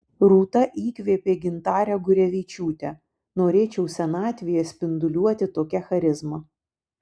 rūta įkvėpė gintarę gurevičiūtę norėčiau senatvėje spinduliuoti tokia charizma